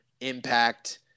Impact